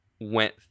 went